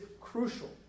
crucial